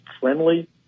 friendly